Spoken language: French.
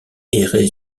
erraient